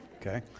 Okay